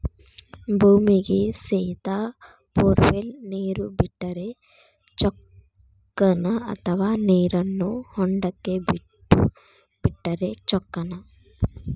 ಭೂಮಿಗೆ ಸೇದಾ ಬೊರ್ವೆಲ್ ನೇರು ಬಿಟ್ಟರೆ ಚೊಕ್ಕನ ಅಥವಾ ನೇರನ್ನು ಹೊಂಡಕ್ಕೆ ಬಿಟ್ಟು ಬಿಟ್ಟರೆ ಚೊಕ್ಕನ?